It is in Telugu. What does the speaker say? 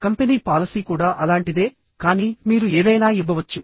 కంపెనీ పాలసీ కూడా అలాంటిదే కానీ మీరు ఏదైనా ఇవ్వవచ్చు